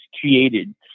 created